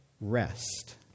rest